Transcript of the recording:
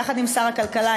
יחד עם שר הכלכלה,